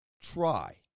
try